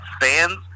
fans